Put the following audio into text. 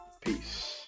Peace